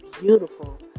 beautiful